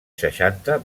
seixanta